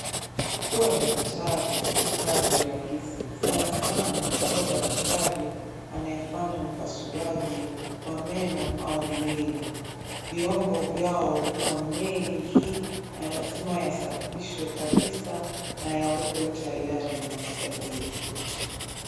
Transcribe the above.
Kuwa daktari si kazi rahisi sana sana kuwa daktari anayefanya upasuaji wa meno au mwili. Vyombo vyao huwa mengi na lazima yasafishwe kabisa naya wekwe tayari na msaidizi.